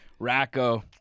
Racco